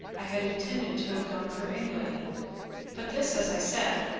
i had intended to have gone for england but this, as i said,